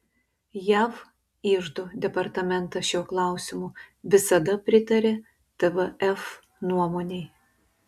jav iždo departamentas šiuo klausimu visada pritarė tvf nuomonei